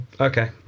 Okay